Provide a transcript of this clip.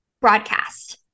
Broadcast